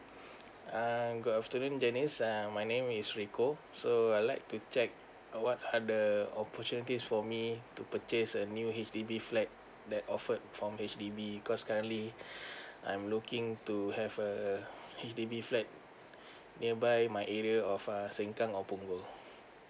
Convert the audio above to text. uh good afternoon janice err my name is rico so I'd like to check uh what are the opportunities for me to purchase a new H_D_B flat that offered form H_D_B because currently I'm looking to have a H_D_B flat nearby my area of uh sengkang or punggol